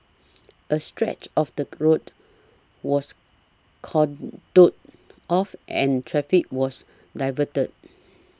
a stretch of the road was cordoned off and traffic was diverted